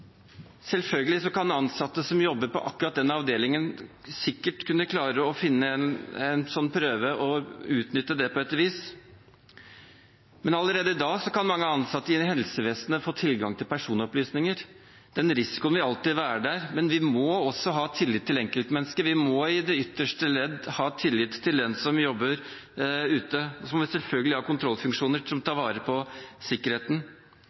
kan ansatte som jobber på akkurat den avdelingen, sikkert kunne klare å finne en slik prøve og utnytte det på et vis, men allerede i dag kan mange ansatte innen helsevesenet få tilgang til personopplysninger. Den risikoen vil alltid være der, men vi må også ha tillit til enkeltmennesket. Vi må i det ytterste ledd ha tillit til den som jobber ute. Så må vi selvfølgelig ha kontrollfunksjoner som tar vare på sikkerheten.